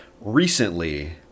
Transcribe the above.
recently